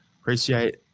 Appreciate